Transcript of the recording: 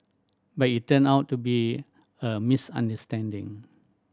but it turned out to be a misunderstanding